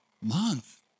month